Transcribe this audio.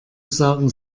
sagen